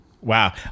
Wow